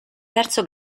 verso